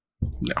no